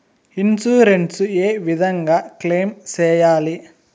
Insurance ఏ విధంగా claim సేయాలి?